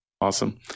Awesome